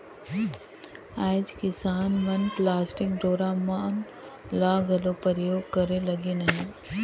आएज किसान मन पलास्टिक डोरा मन ल घलो परियोग करे लगिन अहे